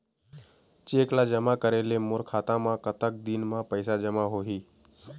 Cheque ला जमा करे ले मोर खाता मा कतक दिन मा पैसा जमा होही?